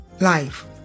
Life